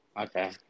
okay